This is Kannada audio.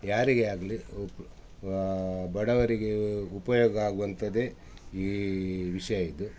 ಯಾರಿಗೇ ಆಗಲಿ ಉಪ ಬಡವರಿಗೆ ಉಪಯೋಗ ಆಗುವಂಥದ್ದೇ ಈ ವಿಷಯ ಇದು